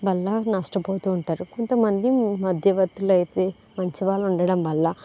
వల్ల నష్టపోతూ ఉంటారు కొంతమంది మధ్యవర్తులైతే మంచి వాళ్ళు ఉండటం వల్ల